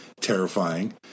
terrifying